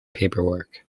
paperwork